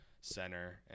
center